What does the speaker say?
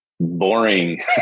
Boring